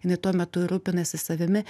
jinai tuo metu rūpinasi savimi